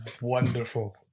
wonderful